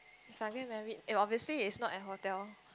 if I get married eh obviously it's not at hotel